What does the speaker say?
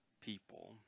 people